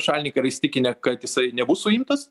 šalininkai yra įsitikinę kad jisai nebus suimtas